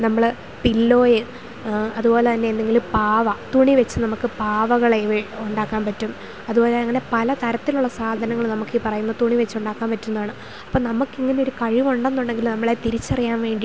നമ്മൾ പില്ലോയെ അതുപോലെ തന്നെ എന്തെങ്കിലും പാവ തുണി വച്ചു നമുക്ക് പാവകളെ ഉണ്ടാക്കാൻ പറ്റും അതുപോലെ അങ്ങനെ പല തരത്തിലുള്ള സാധനങ്ങൾ നമുക്ക് ഈ പറയുന്ന തുണി വച്ചു ഉണ്ടാക്കാൻ പറ്റുന്നതാണ് അപ്പം നമുക്ക് ഇങ്ങനെ ഒരു കഴിവ് ഉണ്ടെന്നുണ്ടെങ്കിൽ നമ്മളെ തിരിച്ചറിയാൻ വേണ്ടിയിട്ട്